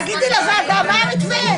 תגידי לוועדה מה המתווה?